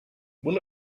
will